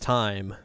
time